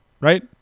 right